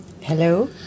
Hello